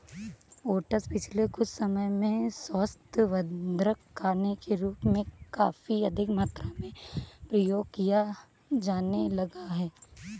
oats पिछले कुछ समय से स्वास्थ्यवर्धक खाने के रूप में काफी अधिक मात्रा में प्रयोग किया जाने लगा है